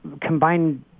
combined